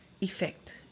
effect